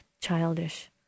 childish